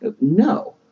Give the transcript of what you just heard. No